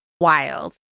wild